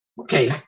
Okay